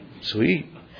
Sweet